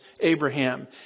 Abraham